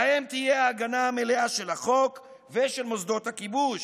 להם תהיה ההגנה המלאה של החוק ושל מוסדות הכיבוש,